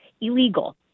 illegal